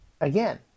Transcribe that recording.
again